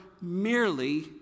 merely